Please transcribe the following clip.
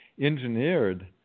engineered